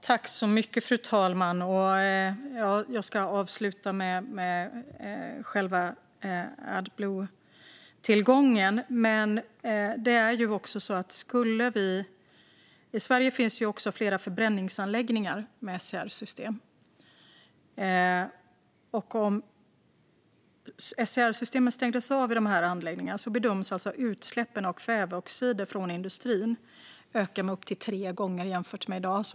Fru talman! Jag ska avsluta med själva Adbluetillgången, men i Sverige finns ju också flera förbränningsanläggningar med SCR-system. Om SCR-systemen skulle stängas av i dessa anläggningar bedöms utsläppen av kväveoxider från industrin öka med upp till tre gånger jämfört med i dag.